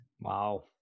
wow